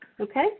Okay